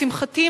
לשמחתי,